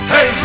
Hey